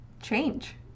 change